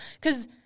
because-